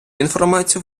інформацію